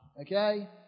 okay